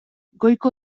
goiko